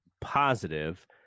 positive